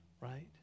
right